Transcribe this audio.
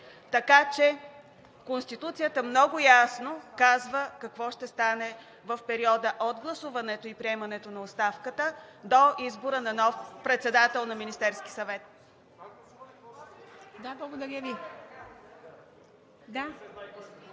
Така че Конституцията много ясно казва какво ще стане в периода от гласуването и приемането на оставката до избора на нов председател на Министерския съвет.